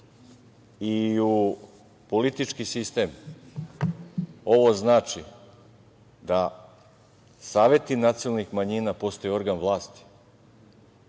i u politički sistem, ovo znači da saveti nacionalnih manjina postaju organ vlasti,